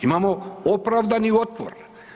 Imamo opravdani otpor.